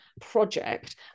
project